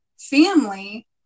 family